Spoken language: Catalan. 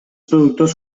productors